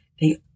they